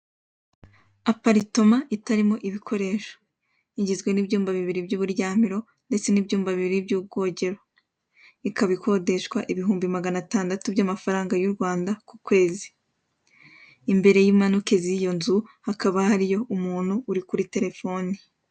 Aparitoma itarimo ibikoresho igizwe n'ibyumba bibiri by'uburyamiro ndetse n'ibyumba bibiri by'ubwogero, ikaba ikodeshwa ibihumbi maganatandatu by'amafaranga y'U Rwanda ku kwezi imbere y'imanuke ziyo nzu hakaba hiri umuntu uri kuri telefoni.